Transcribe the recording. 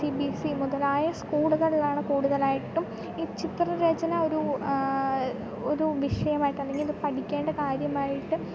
C B S E മുതലായ സ്കൂളുകളിലാണ് കൂടുതലായിട്ടും ഈ ചിത്രരചന ഒരു ഒരു വിഷയമായിട്ടല്ലെങ്കിൽ പഠിക്കേണ്ട കാര്യമായിട്ട്